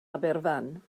aberfan